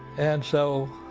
and so,